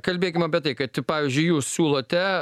kalbėkim apie tai kad pavyzdžiui jūs siūlote